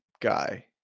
guy